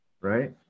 right